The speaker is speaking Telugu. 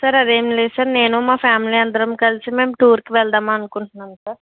సార్ అదేం లేదు సార్ నేనూ మా ఫ్యామిలీ అందరం కలిసి మేం టూర్కి వెల్దామనుకుంటునాం సార్